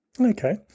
Okay